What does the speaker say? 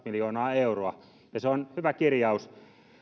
miljoonaa euroa ja se on hyvä kirjaus